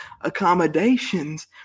accommodations